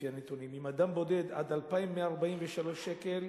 לפי הנתונים: אדם בודד, עד 2,143 שקל,